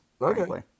Okay